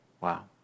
wow